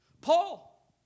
Paul